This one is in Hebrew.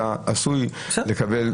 אתה עשוי לקבל קנס,